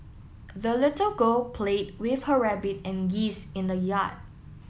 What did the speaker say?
the little girl played with her rabbit and geese in the yard